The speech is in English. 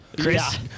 Chris